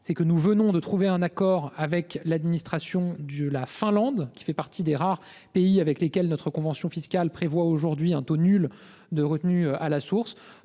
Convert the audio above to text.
que nous venons de parvenir à un accord avec l'administration de la Finlande, qui fait partie des rares pays avec lesquels notre convention fiscale prévoit aujourd'hui un taux nul de retenue à la source,